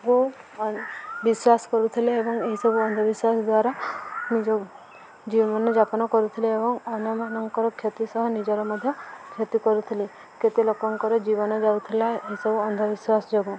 କୁ ବିଶ୍ୱାସ କରୁଥିଲେ ଏବଂ ଏହିସବୁ ଅନ୍ଧବିଶ୍ୱାସ ଦ୍ୱାରା ନିଜ ଜୀବନଯାପନ କରୁଥିଲେ ଏବଂ ଅନ୍ୟମାନଙ୍କର କ୍ଷତି ସହ ନିଜର ମଧ୍ୟ କ୍ଷତି କରୁଥିଲେ କେତେ ଲୋକଙ୍କର ଜୀବନ ଯାଉଥିଲା ଏସବୁ ଅନ୍ଧବିଶ୍ୱାସ ଯୋଗୁଁ